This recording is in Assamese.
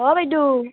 অঁ বাইদউ